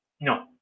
No